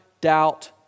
doubt